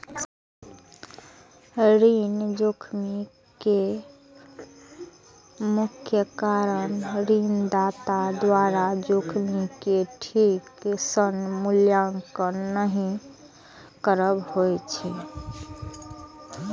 ऋण जोखिम के मुख्य कारण ऋणदाता द्वारा जोखिम के ठीक सं मूल्यांकन नहि करब होइ छै